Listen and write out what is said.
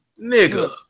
nigga